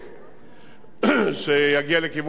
שיגיע לכיוון צומת גולני,